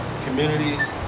communities